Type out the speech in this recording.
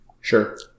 Sure